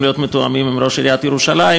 להיות מתואמים עם ראש עיריית ירושלים,